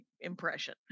impression